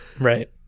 Right